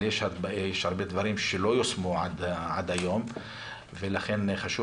אבל יש הרבה דברים שלא יושמו עד היום ולכן חשוב